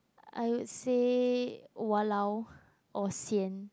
I would say walao or sian